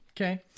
Okay